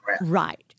Right